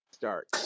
start